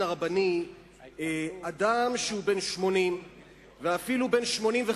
הרבני אדם שהוא בן 80 ואפילו בן 85,